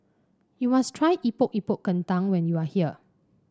you must try Epok Epok Kentang when you are here